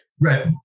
right